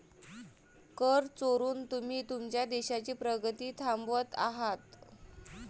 कर चोरून तुम्ही तुमच्या देशाची प्रगती थांबवत आहात